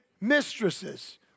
mistresses